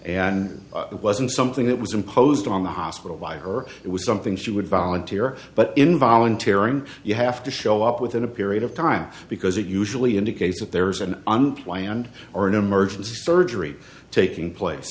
and it wasn't something that was imposed on the hospital by her it was something she would volunteer but involuntary you have to show up within a period of time because it usually indicates that there is an unplanned or an emergency surgery taking place